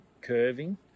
curving